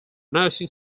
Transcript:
nursing